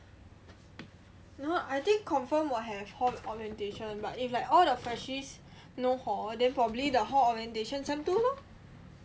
no I think confirm will have hall orientation but if like all the freshies no hall then probably the hall orientation sem two lor